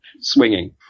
swinging